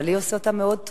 בעלי עושה אותם מאוד טוב,